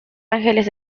ángeles